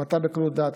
המתה בקלות דעת,